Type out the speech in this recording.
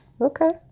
Okay